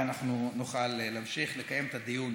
ואנחנו נוכל להמשיך לקיים את הדיון.